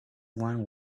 one